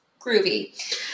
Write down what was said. groovy